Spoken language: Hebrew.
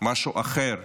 משהו אחר.